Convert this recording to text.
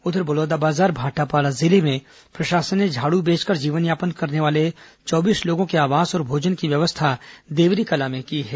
उधर बलौदाबाजार भाटापारा जिले में प्रशासन ने झाड़ू बेचकर जीवनयापन करने वाले चौबीस लोगों के आवास और भोजन की व्यवस्था देवरीकला में की है